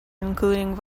including